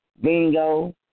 bingo